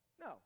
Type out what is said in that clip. No